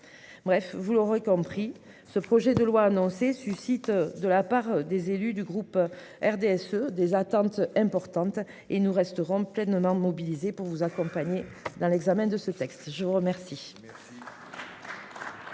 Bref, vous l'aurez compris, ce projet de loi annoncée suscite de la part des élus du groupe RDSE des attentes importantes et nous resterons pleinement mobilisés pour vous accompagner dans l'examen de ce texte. Je vous remercie.